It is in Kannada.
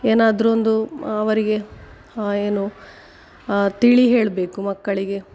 ಏನಾದ್ರು ಒಂದು ಅವರಿಗೆ ಹ ಏನು ತಿಳಿ ಹೇಳಬೇಕು ಮಕ್ಕಳಿಗೆ